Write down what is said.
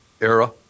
era